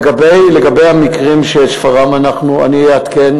לגבי המקרים בשפרעם, אני אעדכן.